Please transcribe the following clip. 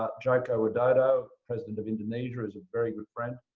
ah joko widodo, president of indonesia, is a very good friend.